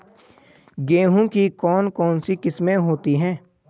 गेहूँ की कौन कौनसी किस्में होती है?